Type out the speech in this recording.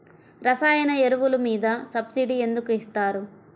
రసాయన ఎరువులు మీద సబ్సిడీ ఎందుకు ఇస్తారు?